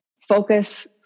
Focus